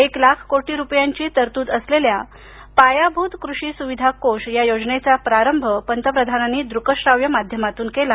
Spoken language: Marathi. एक लाख कोटी रुपयांची तरतूद असलेल्या पायाभूत कृषी सुविधा कोष या योजनेचा प्रारंभ पंतप्रधानांनी दृकश्राव्य माध्यमातून केला